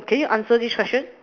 can you answer this question